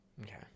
Okay